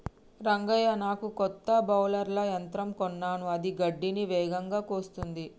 రంగయ్య నాకు కొత్త బౌలర్ల యంత్రం కొన్నాను అది గడ్డిని వేగంగా కోస్తుంది